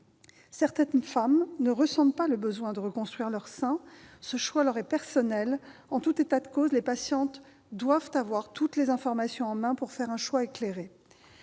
Certaines femmes ne ressentent pas le besoin de reconstruire leur sein. Ce choix leur est personnel. En tout état de cause, les patientes doivent avoir toutes les informations en main pour faire un choix éclairé.